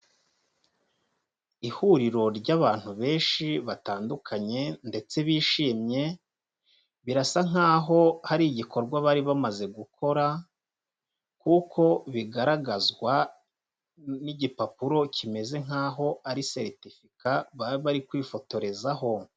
Ihuriro ry'abantu benshi batandukanye ndetse bishimye, birasa nk'aho hari igikorwa bari bamaze gukora kuko bigaragazwa n'igipapuro kimeze nk'aho ari seretifika bari bari kwifotorezaho.